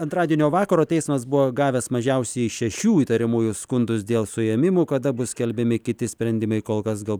antradienio vakaro teismas buvo gavęs mažiausiai šešių įtariamųjų skundus dėl suėmimų kada bus skelbiami kiti sprendimai kol kas gal